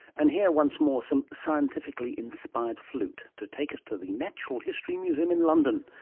and hear once more some scientifically-inspired flute to take us to the natural history museum in london,